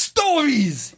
Stories